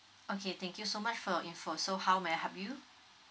okay thank you so much for your info so how may I help you